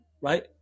right